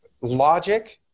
logic